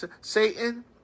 Satan